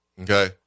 Okay